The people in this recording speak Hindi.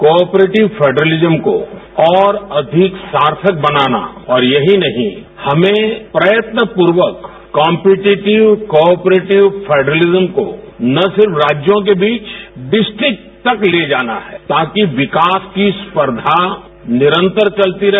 कॉपरेटिव फेडेरलिज्म को और अधिक सार्थक बनाना और यही नहीं हमें प्रयत्नपूर्वक कॉम्पेटिटिव कॉपरेटिव फेडेरलिज्म को न सिर्फ राज्यों के बीच डिस्ट्रिक तक ले जाना है ताकि विकास की स्पर्धा निरंतर चलती रहे